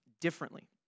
differently